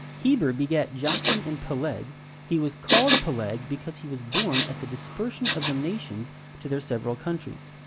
heber begat joctan and phaleg he was called phaleg, because he was born at the dispersion of the nations to their several countries.